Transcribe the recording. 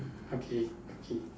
okay okay